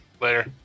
Later